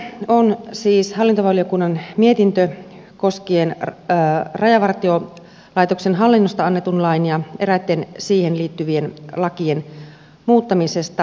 kysymyksessä on siis hallintovaliokunnan mietintö koskien rajavartiolaitoksen hallinnosta annetun lain ja eräitten siihen liittyvien lakien muuttamista